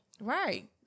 Right